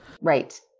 Right